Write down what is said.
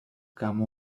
come